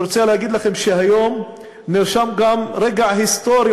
אני רוצה להגיד לכם שהיום נרשם גם רגע היסטורי